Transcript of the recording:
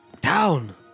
Down